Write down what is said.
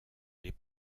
les